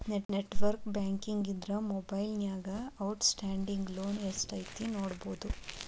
network banking ಇದ್ರ ಮೊಬೈಲ್ನ್ಯಾಗ outstanding loan ಎಷ್ಟ್ ಐತಿ ನೋಡಬೋದು